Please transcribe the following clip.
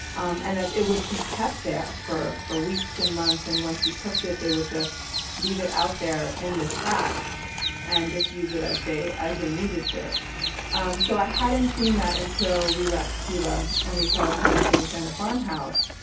um and it would be kept there for for weeks and months. once you'd cooked it, they would just leave it out there in this fat and just use it as they as they needed to um so i hadn't seen that until we left cuba and we saw this in artemisa in a farmhouse.